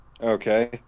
Okay